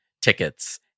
tickets